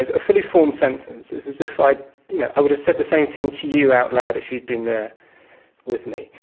a fully formed sentence. it's as if i you know i would have said the same thing to you out loud if you had been there with me.